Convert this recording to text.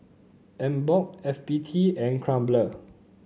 Emborg F B T and Crumpler